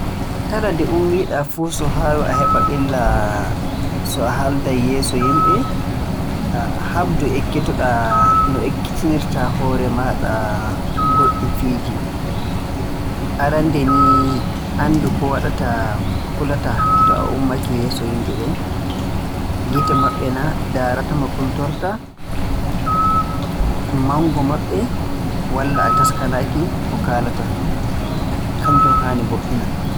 Kala nde ummii-ɗaa fuu so haa yo a heɓa ɓilla so a haalday yeeso yimɓe haɓdu ekkito-ɗaa no ekkitirta hoore maaɗa goɗɗi fiiji. Arannde ni, anndu ko waɗata kulata so a ummake yeeso yimɓe ɓen. Gite maɓbe na, ndaarata ma kultorta, mawngu maɓɓe walla a taskanaaki ko kaalata. Kannjum haani mbo"inaa.